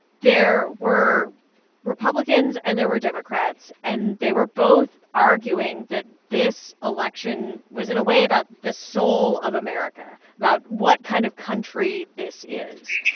there were republicans and there were democrats. and they were both arguing that this election was, in a way, about the soul of america about what kind of country this is.